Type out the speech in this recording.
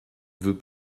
veut